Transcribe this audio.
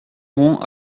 rond